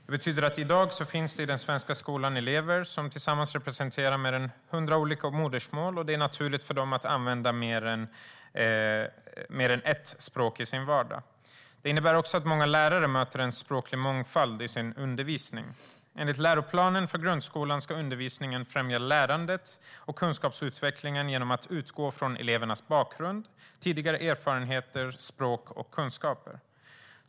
Det betyder att det i dag finns elever i den svenska skolan som tillsammans representerar mer än hundra olika modersmål. För dem är det naturligt att använda mer än ett språk i sin vardag. Det innebär också att många lärare möter en språklig mångfald i sin undervisning. Enligt läroplanen för grundskolan ska undervisningen främja lärandet och kunskapsutvecklingen genom att utgå från elevernas bakgrund, tidigare erfarenheter, språk och kunskaper.